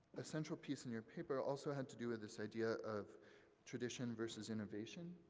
a central piece in your paper also had to do with this idea of tradition versus innovation,